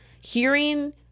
hearing